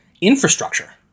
infrastructure